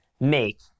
make